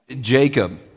Jacob